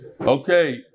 okay